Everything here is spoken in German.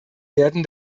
werden